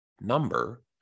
number